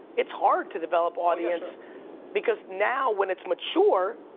it's hard to develop audience because now, when it's mature,